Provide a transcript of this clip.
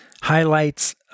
highlights